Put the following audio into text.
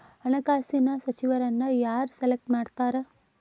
ಹಣಕಾಸಿನ ಸಚಿವರನ್ನ ಯಾರ್ ಸೆಲೆಕ್ಟ್ ಮಾಡ್ತಾರಾ